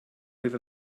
with